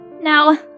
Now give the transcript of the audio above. Now